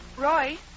Roy